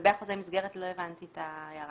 לגבי חוזה מסגרת, לא הבנתי את ההערה.